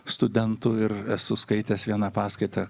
studentų ir esu skaitęs vieną paskaitą